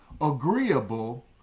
agreeable